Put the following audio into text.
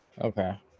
okay